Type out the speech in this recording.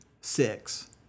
six